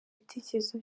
ibitekerezo